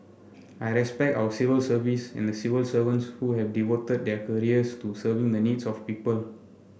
I respect our civil service and the civil servants who have devoted their careers to serving the needs of people